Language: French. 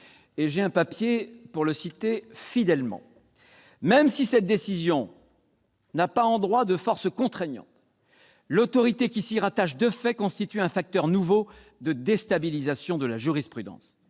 lui-même. Je le cite fidèlement :« Même si cette constatation n'a pas, en droit, de force contraignante, l'autorité qui s'y attache de fait constitue un facteur nouveau de déstabilisation de la jurisprudence.